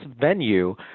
venue